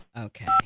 okay